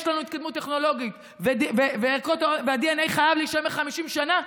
לנו התקדמות טכנולוגית והדנ"א חייב להישמר 50 שנה,